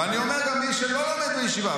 ואני אומר, גם מי שלא לומד בישיבה.